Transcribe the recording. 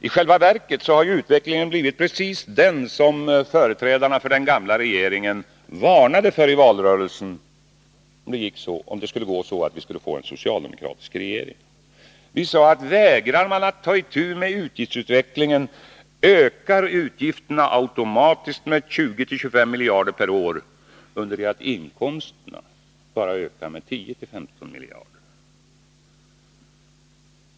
I själva verket har utvecklingen blivit precis den som företrädarna för den gamla regeringen varnade för i valrörelsen för den händelse vi skulle få en socialdemokratisk regering. Vi sade: Vägrar man att ta itu med utgiftsutvecklingen ökar utgifterna automatiskt med 20-25 miljarder per år under det att inkomsterna ökar med bara 10-15 miljarder.